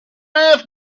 earth